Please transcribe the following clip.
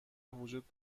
وجود